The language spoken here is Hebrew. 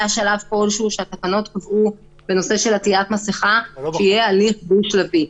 היה שלב כלשהו שהתקנות קבעו בנושא של עטיית מסכה שיהיה הליך דו-שלבי.